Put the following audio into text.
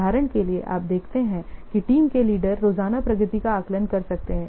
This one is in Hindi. उदाहरण के लिए आप देखते हैं कि टीम के लीडर रोज़ाना प्रगति का आकलन कर सकते हैं